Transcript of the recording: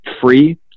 free